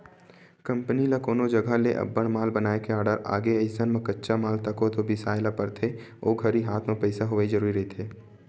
company ल कोनो जघा ले अब्बड़ माल बनाए के आरडर आगे अइसन म कच्चा माल तको तो बिसाय ल परथे ओ घरी हात म पइसा होवई जरुरी रहिथे